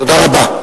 תודה רבה.